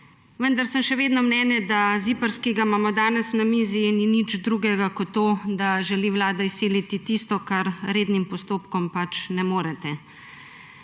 vendar sem še vedno mnenja, da ZIPRS, ki ga imamo danes na mizi, ni nič drugega kot to, da želi Vlada izsiliti tisto, kar z rednim postopkom pač ne morete.